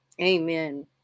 Amen